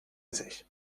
sich